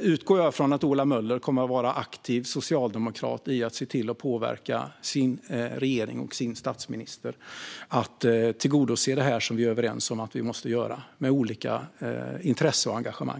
utgår jag från att Ola Möller kommer att vara aktiv socialdemokrat och se till att påverka sin regering och sin statsminister att tillgodose detta som vi är överens om, med olika intresse och engagemang.